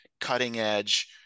cutting-edge